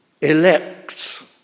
Elect